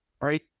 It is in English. right